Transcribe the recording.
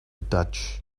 dutch